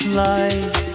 life